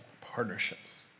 partnerships